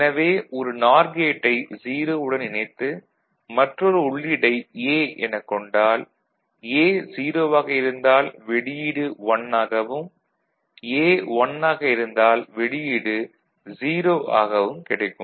எனவே ஒரு நார் கேட்டை 0 உடன் இணைத்து மற்றொரு உள்ளீடை A எனக் கொண்டால் A 0 ஆக இருந்தால் வெளியீடு 1 ஆகவும் A 1 ஆக இருந்தால் வெளியீடு 0 ஆகவும் கிடைக்கும்